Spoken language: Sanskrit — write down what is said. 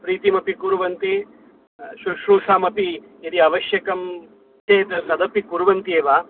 प्रीतिमपि कुर्वन्ति शुश्रूषामपि यदि आवश्यकं चेत् तदपि कुर्वन्त्येव